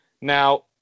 Now